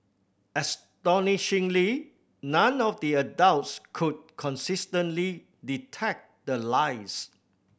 astonishingly none of the adults could consistently detect the lies